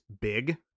big